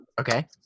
Okay